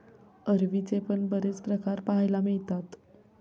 अरवीचे पण बरेच प्रकार पाहायला मिळतात